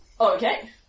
Okay